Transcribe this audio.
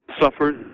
suffered